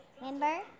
Remember